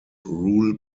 rule